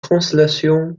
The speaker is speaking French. translation